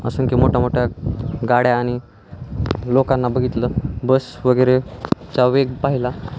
असंख्य मोठ्या मोठ्या गाड्या आणि लोकांना बघितलं बस वगैरेचा वेग पाहिला